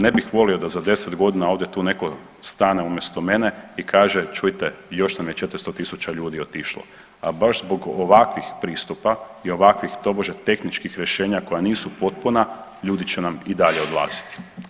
Ne bih volio da za 10 godina ovdje tu neko stane umjesto mene i kaže čujte još nam je 400.000 ljudi otišlo, a baš zbog ovakvih pristupa i ovakvih tobože tehničkih rješenja koja nisu potpuna ljudi će nam i dalje odlaziti.